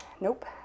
Nope